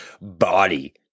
body